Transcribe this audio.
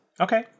Okay